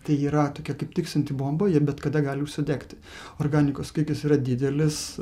tai yra tokia kaip tiksinti bomba ji bet kada gali užsidegti organikos kiekis yra didelis